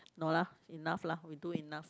no lah enough lah we do enough